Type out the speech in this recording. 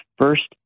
first